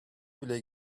bile